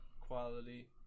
quality